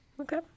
okay